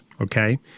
Okay